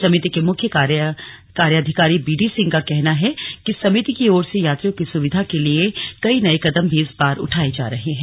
समिति के मुख्य कार्याधिकारी बीडी सिंह का कहना है कि समिति की ओर से यात्रियों की सुविधा के लिए कई नए कदम भी इस बार उठाए जा रहे हैं